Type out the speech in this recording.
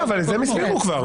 הם לא הלכו ובדקו שוב את החברה,